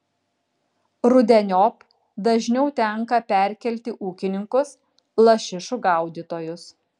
rudeniop dažniau tenka perkelti ūkininkus lašišų gaudytojus